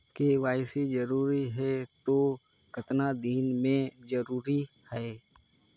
KYC जरूरी हे तो कतना दिन मे जरूरी है?